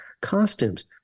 costumes